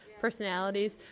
personalities